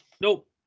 nope